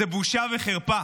זו בושה וחרפה